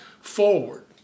forward